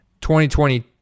2020